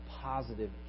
positive